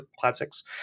Classics